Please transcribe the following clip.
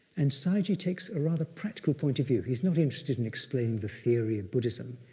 and sayagyi takes a rather practical point of view. he's not interested in explaining the theory of buddhism.